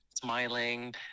smiling